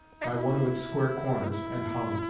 by one of its square corners, and hung.